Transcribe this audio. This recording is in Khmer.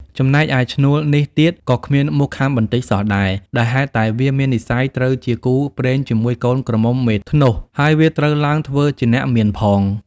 ចំណែកឯឈ្នួលនេះទៀត ក៏គ្មានមូសខាំបន្តិចសោះដែរ ដោយហេតុតែវាមាននិស្ស័យត្រូវជាគូព្រេងជាមួយកូនក្រមុំមេធ្នស់ ហើយវាត្រូវឡើងធ្វើជាអ្នកមានផង។